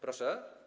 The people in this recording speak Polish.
Proszę?